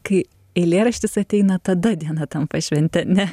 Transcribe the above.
kai eilėraštis ateina tada diena tampa švente ne